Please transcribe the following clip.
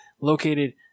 located